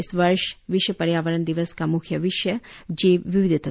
इस वर्ष विश्व पर्यावरण दिवस का मुख्य विषय जैव विविधता है